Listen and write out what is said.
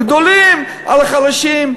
גדולים על החלשים.